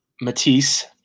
Matisse